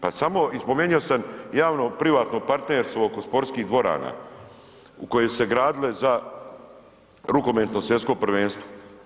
Pa samo i spomenia sam javno privatno partnerstvo oko sportskih dvorana u koje se gradile za rukometno svjetsko prvenstvo.